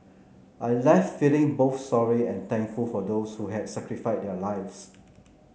I left feeling both sorry and thankful for those who had sacrificed their lives